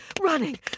running